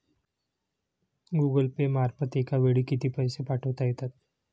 Google Pay मार्फत एका वेळी किती पैसे पाठवता येतात?